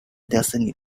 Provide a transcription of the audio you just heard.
destiny